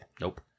Nope